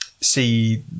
see